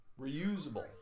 Reusable